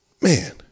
Man